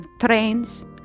trains